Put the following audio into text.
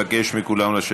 בוקר טוב לכולם.